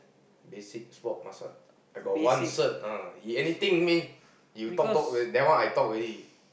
basic sports massage I got one cert ah if anything means you talk talk that one I talk already